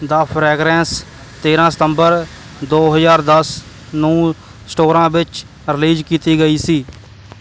ਦ fragrance ਤੇਰ੍ਹਾਂ ਸਤੰਬਰ ਦੋ ਹਜ਼ਾਰ ਦਸ ਨੂੰ ਸਟੋਰਾਂ ਵਿੱਚ ਰਲੀਜ਼ ਕੀਤੀ ਗਈ ਸੀ